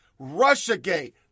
Russiagate